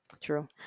True